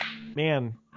man